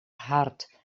hart